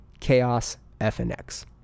chaosfnx